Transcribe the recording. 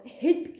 hit